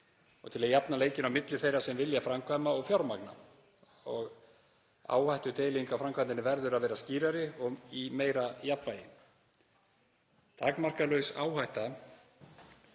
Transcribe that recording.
og til að jafna leikinn á milli þeirra sem vilja framkvæma og fjármagna. Áhættudeiling á framkvæmdinni verður að vera skýrari og í meira jafnvægi. Takmarkalaus áhætta